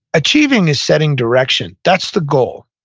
achieving is setting direction. that's the goal.